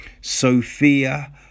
Sophia